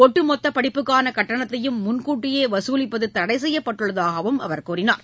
ஒட்டுமொத்தபடிப்புக்கானகட்டணத்தையும் முன்கூட்டியேவசூலிப்பதுதடைசெய்யப்பட்டுள்ளதாகவும் அவர் கூறினார்